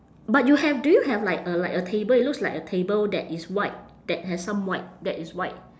but you have do you have like a like a table it looks like a table that is white that has some white that is white